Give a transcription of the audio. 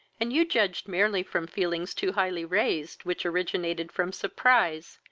and you judged merely from feelings too highly raised, which originated from surprise,